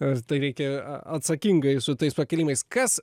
ar tai reikia atsakingai su tais pakėlimais kas